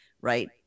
Right